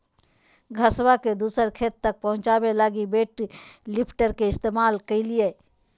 घसबा के दूसर खेत तक पहुंचाबे लगी वेट लिफ्टर के इस्तेमाल करलियै